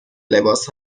لباس